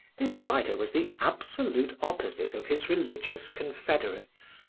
this writer was the absolute opposite of his religious confederates.